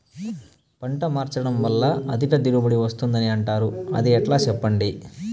పంట మార్చడం వల్ల అధిక దిగుబడి వస్తుందని అంటారు అది ఎట్లా సెప్పండి